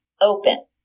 open